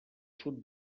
sud